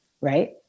right